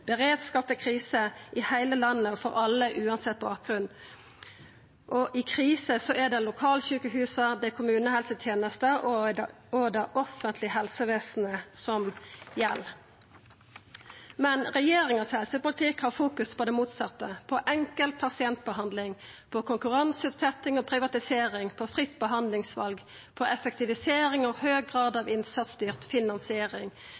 beredskap ved kriser i heile landet og for alle, uansett bakgrunn. I kriser er det lokalsjukehusa, kommunehelsetenesta og det offentlege helsevesenet som gjeld. Men helsepolitikken til regjeringa fokuserer på det motsette – på enkeltpasientbehandling, konkurranseutsetjing og privatisering, fritt behandlingsval, effektivisering og høg grad av innsatsstyrt finansiering